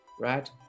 right